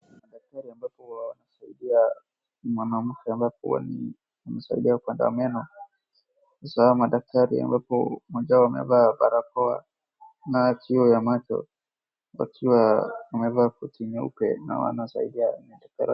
Madaktari ambapo huwa wanasaidia mwanamke ambapo wanamsaidia kupata meno, sasa hawa madaktari ambapo mmoja wao amevaa barakoa na kioo cha macho wakiwa wamevaa koti nyeupe na wanasaidia...